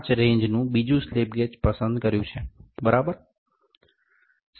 5 રેન્જનું બીજું slip gauge પસંદ કર્યું છે બરાબર